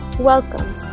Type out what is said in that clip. Welcome